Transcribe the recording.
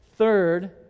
third